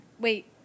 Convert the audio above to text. Wait